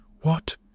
What